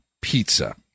pizza